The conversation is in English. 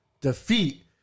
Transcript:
defeat